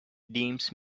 deems